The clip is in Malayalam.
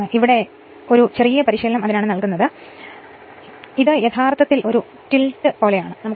ഇതിനാലാണ് ഞാൻ ഒരു ചെറിയ പരിശീലനം നൽകുന്നത് എന്തുകൊണ്ടാണ് ഞാൻ V 1 വ്യത്യാസം അല്ലെങ്കിൽ V 2 വ്യത്യാസം ഓപ്പറേറ്റർ എഴുതുന്നത്